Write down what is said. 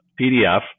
PDF